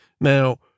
Now